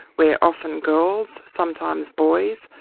where often girls, sometimes boys,